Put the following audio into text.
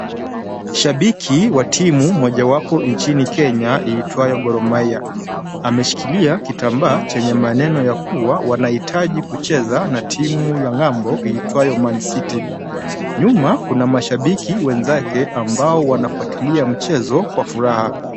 Shabiki wa timu moja wapo nchini Kenya iitwayo Gor mahia, ameshikilia kitambaa chenye maneno ya kuwa wanaitaji kucheza na timu ya ng'ambo iitwayo Man City. Nyuma kuna mashabiki wenzake ambao wanafatilia mchezo kwa furaha.